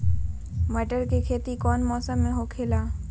मटर के खेती कौन मौसम में होखेला?